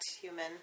human